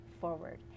forward